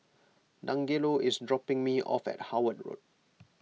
Dangelo is dropping me off at Howard Road